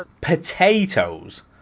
potatoes